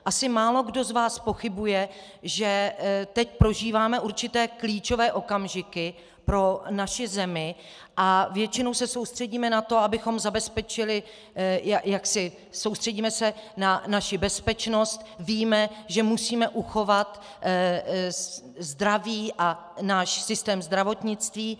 Asi málokdo z vás pochybuje, že teď prožíváme určité klíčové okamžiky pro naši zemi a většinou se soustředíme na to, abychom zabezpečili soustředíme se na naši bezpečnost, víme, že musíme uchovat zdraví a náš systém zdravotnictví.